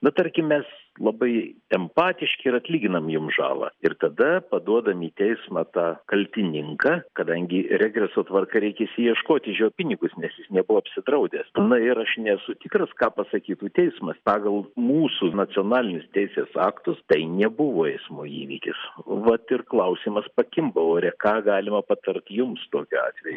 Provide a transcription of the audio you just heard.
na tarkim mes labai empatiški ir atlyginam jum žalą ir tada paduodam į teismą tą kaltininką kadangi regreso tvarka reikia išsiieškoti iž jo pinigus nes jis nebuvo apsidraudęs na ir aš nesu tikras ką pasakytų teismas pagal mūsų nacionalinius teisės aktus tai nebuvo eismo įvykis vat ir klausimas pakimba ore ką galima patart jums tokiu atveju